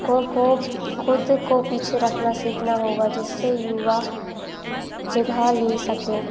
को को खुद को पीछे रखना सीखना होगा जिससे युवा जगह ले सकें